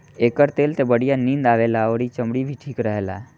एकर तेल से बढ़िया नींद आवेला अउरी चमड़ी भी ठीक रहेला